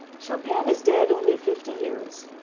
chopin is dead only fifty years,